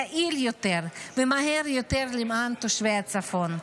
יעיל יותר ומהר יותר למען תושבי הצפון.